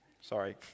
Sorry